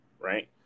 right